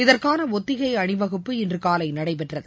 இதற்கானஒத்திகைஅணிவகுப்பு இன்றுகாலைநடைபெற்றது